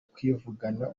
kwivugana